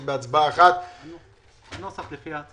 כמו שציינה שושנה, נקבע על ידי משרד